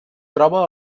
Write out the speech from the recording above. troba